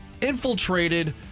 infiltrated